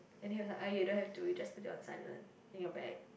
then he was like you don't have to you just put it on silent in your bag